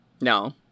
No